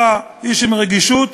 אתה איש עם רגישות,